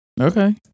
Okay